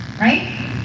Right